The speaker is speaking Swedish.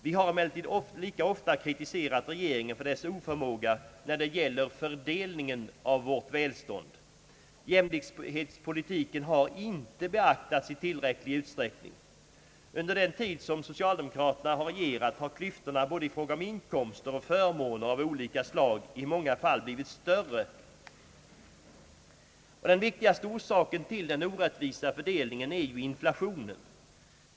Vi har emellertid lika ofta kritiserat regeringen för dess oförmåga när det gäller fördelningen av vårt välstånd. Jämlikhetspolitiken har inte beaktats i tillräcklig utsträckning. Under den tid socialdemokraterna regerat har klyftorna både i fråga om inkomster och förmåner av olika slag i många fall blivit större i stället för mindre. Den viktigaste orsaken till den orättvisa fördelningen är inflationen.